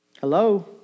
Hello